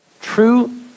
true